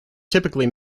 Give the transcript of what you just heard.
typically